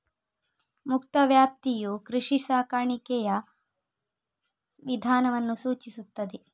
ಮುಕ್ತ ವ್ಯಾಪ್ತಿಯು ಕೃಷಿ ಸಾಕಾಣಿಕೆಯ ವಿಧಾನವನ್ನು ಸೂಚಿಸುತ್ತದೆ